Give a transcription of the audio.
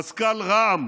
מזכ"ל רע"מ